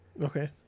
Okay